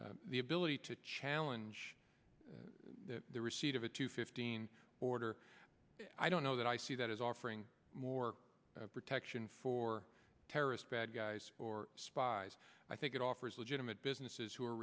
authority the ability to challenge the receipt of a two fifteen order i don't know that i see that as offering more protection for terrorists bad guys or spies i think it offers legitimate businesses who are